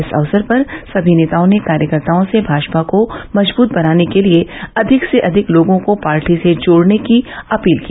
इस अवसर पर सभी नेताओं ने कार्यकर्ताओं से भाजपा को मजबूत बनाने के लिए अधिक से अधिक लोगों को पार्टी से जोड़ने की अपील की